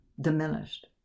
diminished